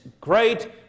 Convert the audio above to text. great